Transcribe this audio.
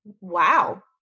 Wow